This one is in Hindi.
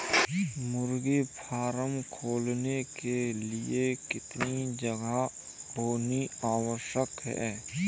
मुर्गी फार्म खोलने के लिए कितनी जगह होनी आवश्यक है?